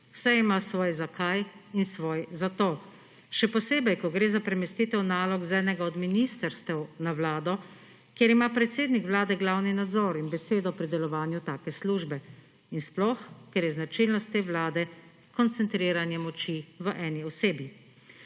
Vse ima svoj zakaj in svoj zato. Še posebej, ko gre za premestitev nalog z enega od ministrstev na Vlado, kjer ima predsednik Vlade glavni nadzor in besedo pri delovanju take službe, in sploh, ker je značilnost te Vlade koncentriranje moči v eni osebi.